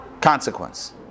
consequence